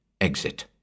Exit